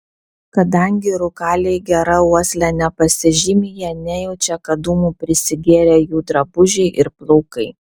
kadangi rūkaliai gera uosle nepasižymi jie nejaučia kad dūmų prisigėrę jų drabužiai ir plaukai